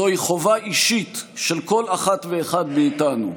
זוהי חובה אישית של כל אחת ואחד מאיתנו.